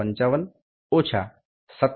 89445 0